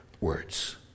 words